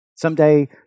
Someday